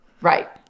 Right